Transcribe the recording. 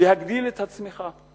להגדיל את הצמיחה.